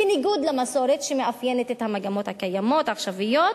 בניגוד למסורת שמאפיינת את המגמות הקיימות העכשוויות.